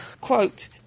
Quote